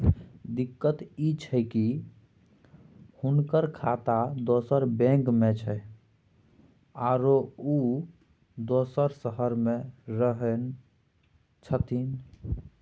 दिक्कत इ छै की हुनकर खाता दोसर बैंक में छै, आरो उ दोसर शहर में रहें छथिन